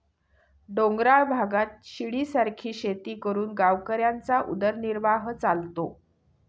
डोंगराळ भागात शिडीसारखी शेती करून गावकऱ्यांचा उदरनिर्वाह चालतो